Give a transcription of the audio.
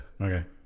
Okay